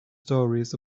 stories